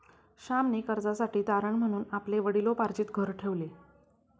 श्यामने कर्जासाठी तारण म्हणून आपले वडिलोपार्जित घर ठेवले